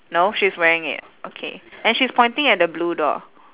no she's wearing it okay and she's pointing at the blue door